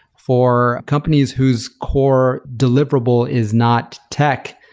for companies whose core deliverable is not tech,